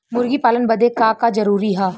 मुर्गी पालन बदे का का जरूरी ह?